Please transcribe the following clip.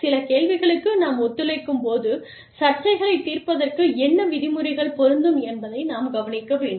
சில கேள்விகளுக்கு நாம் ஒத்துழைக்கும்போது சர்ச்சைகளைத் தீர்ப்பதற்கு என்ன விதிமுறைகள் பொருந்தும் என்பதை நாம் கவனிக்க வேண்டும்